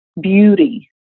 beauty